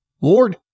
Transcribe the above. Lord